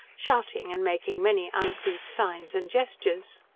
shouting and making many uncouth signs and gestures.